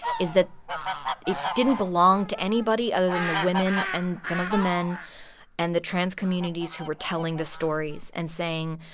is that it didn't belong to anybody other than the women and some of the men and the trans communities who were telling the stories and saying,